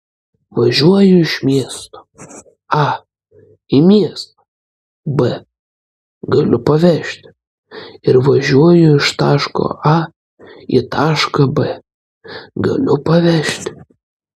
važiuoju iš miesto a į miestą b galiu pavežti ir važiuoju iš taško a į tašką b galiu pavežti